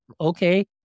okay